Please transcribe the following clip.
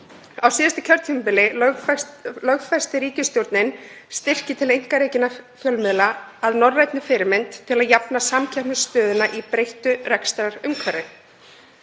Á síðasta kjörtímabili lögfesti ríkisstjórnin styrki til einkarekinna fjölmiðla að norrænni fyrirmynd til að jafna samkeppnisstöðuna í breyttu rekstrarumhverfi.